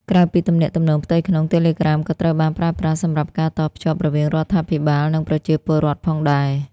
ក្រៅពីទំនាក់ទំនងផ្ទៃក្នុង Telegram ក៏ត្រូវបានប្រើប្រាស់សម្រាប់ការតភ្ជាប់រវាងរដ្ឋាភិបាល និងប្រជាពលរដ្ឋផងដែរ។